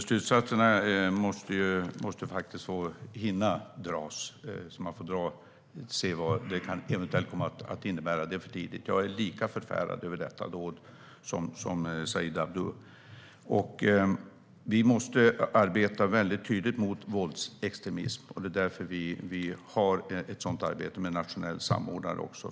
Fru talman! Slutsatserna måste hinna dras, och sedan kan vi se vad de eventuellt kan komma att innebära. Det är för tidigt. Jag är lika förfärad över detta dåd som Said Abdu. Vi måste arbeta mycket tydligt mot våldsextremism. Det är därför det finns ett arbete med en nationell samordnare.